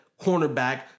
cornerback